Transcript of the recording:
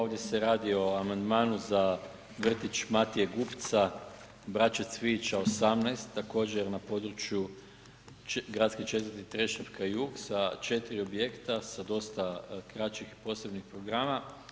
Ovdje se radi o amandmanu za Vrtić Matije Gupca, Braće Cvijića 18, također, na području gradske četvrti Trešnjevka-Jug sa 4 objekta, sa dosta kraćih posebnih programa.